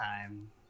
time